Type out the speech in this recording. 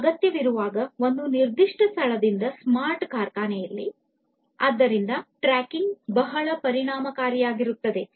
ಅಗತ್ಯವಿರುವಾಗ ಒಂದು ನಿರ್ದಿಷ್ಟ ಸ್ಥಳದಲ್ಲಿದ್ದ ಕೆಲವು ಲಾಜಿಸ್ಟಿಕ್ ವಸ್ತು ಅನ್ನು ಟ್ರ್ಯಾಕ್ ಮಾಡಲು ಸ್ಮಾರ್ಟ್ ಕಾರ್ಖಾನೆಯಲ್ಲಿ ಇದು ಸಹಾಯ ಮಾಡುತ್ತದೆ